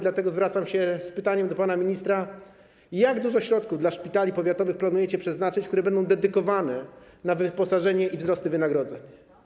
Dlatego zwracam się z pytaniem do pana ministra: Jak dużo środków dla szpitali powiatowych planujecie przeznaczyć, które będą dedykowane na wyposażenie i wzrost wynagrodzeń?